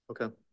Okay